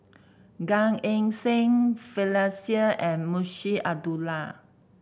Gan Eng Seng Finlayson and Munshi Abdullah